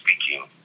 speaking